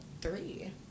three